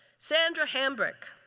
sandra hambrick.